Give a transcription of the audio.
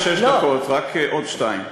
אני לא אדבר שש דקות, רק עוד שתיים.